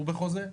היא בחוזה.